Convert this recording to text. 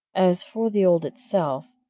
as for the old itself,